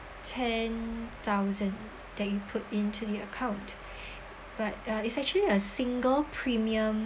ten thousand that you put into your account but uh it's actually a single premium